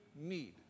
need